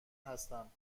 هستم